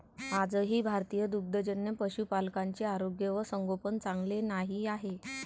आजही भारतीय दुग्धजन्य पशुपालकांचे आरोग्य व संगोपन चांगले नाही आहे